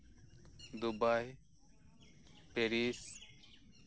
Dubai Paris